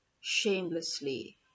shamelessly